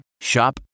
Shop